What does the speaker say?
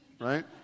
right